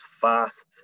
fast